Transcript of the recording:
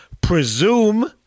presume